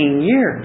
years